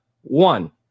One